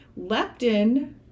Leptin